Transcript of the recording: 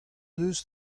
deus